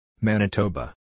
Manitoba